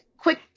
Quick